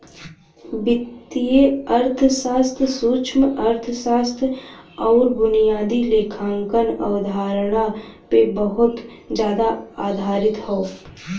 वित्तीय अर्थशास्त्र सूक्ष्मअर्थशास्त्र आउर बुनियादी लेखांकन अवधारणा पे बहुत जादा आधारित हौ